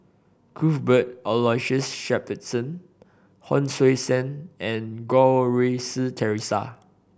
Cuthbert Aloysius Shepherdson Hon Sui Sen and Goh Rui Si Theresa